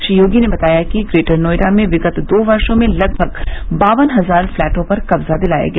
श्री योगी ने बताया कि ग्रेटर नोएडा में विगत दो वर्षो में लगभग बावन हजार फ्लैटो पर कब्जा दिलाया गया